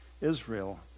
Israel